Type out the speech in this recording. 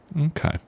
Okay